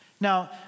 Now